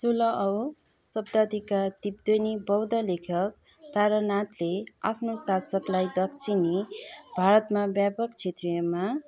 सोह्रौँ बौद्ध लेखक तारानाथले आफ्नो साशकलाई दक्षिणी भारतमा व्यापक क्षेत्रमा